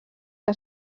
que